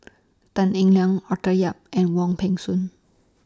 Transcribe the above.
Tan Eng Liang Arthur Yap and Wong Peng Soon